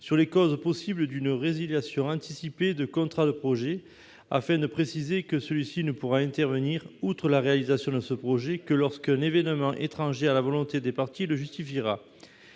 aux causes possibles de résiliation anticipée d'un contrat de projet, en spécifiant que celle-ci ne pourra intervenir, outre la réalisation de ce projet, que lorsqu'un évènement étranger à la volonté des parties le justifiera.